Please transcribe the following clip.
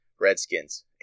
Redskins